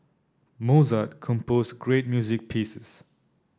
Mozart composed great music pieces